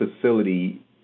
facility